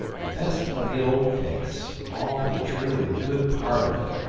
the best of the old face, all the true and good part of it,